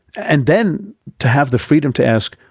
and then to have the freedom to ask,